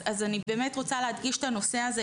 אני באמת רוצה להדגיש את הנושא הזה,